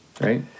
right